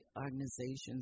organizations